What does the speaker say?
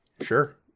Sure